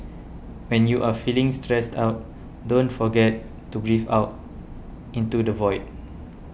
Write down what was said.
when you are feeling stressed out don't forget to breathe into the void